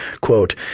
Quote